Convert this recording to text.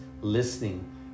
listening